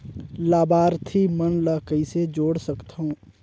लाभार्थी मन ल कइसे जोड़ सकथव?